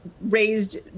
raised